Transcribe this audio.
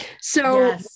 So-